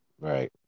Right